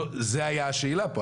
זו הייתה השאלה פה.